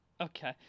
Okay